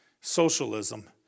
socialism